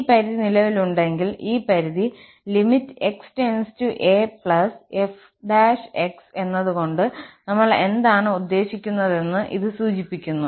ഈ പരിധി നിലവിലുണ്ടെങ്കിൽ ഈ പരിധി xaf′ എന്നതുകൊണ്ട് നമ്മൾ എന്താണ് ഉദ്ദേശിക്കുന്നതെന്ന് ഇത് സൂചിപ്പിക്കുന്നു